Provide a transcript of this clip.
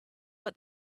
but